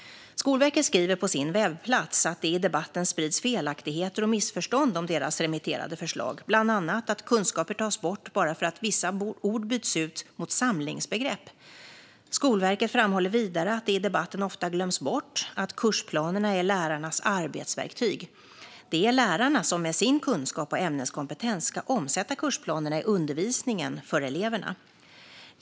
Skolverket skriver på sin webbplats att det i debatten sprids felaktigheter och missförstånd om deras remitterade förslag, bland annat att kunskaper tas bort bara för att vissa ord byts ut mot samlingsbegrepp. Skolverket framhåller vidare att det i debatten ofta glöms bort att kursplanerna är lärarnas arbetsverktyg. Det är lärarna som med sin kunskap och ämneskompetens ska omsätta kursplanerna i undervisningen för eleverna.